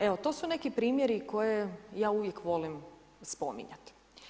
Evo to tu neki primjeri koje ja uvijek volim spominjati.